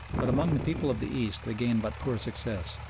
but among the people of the east they gain but poor success.